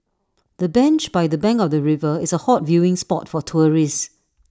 the bench by the bank of the river is A hot viewing spot for tourists